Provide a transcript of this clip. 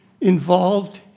involved